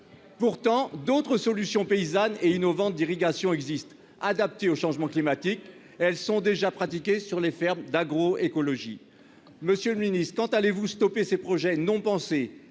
pourtant d'autres solutions paysanne et innovant d'irrigation existe adapter au changement climatique, elles sont déjà pratiqués sur les fermes d'agro-écologie, monsieur le Ministre, quand allez-vous stopper ces projets n'ont pensé